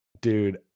Dude